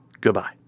Goodbye